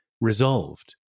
resolved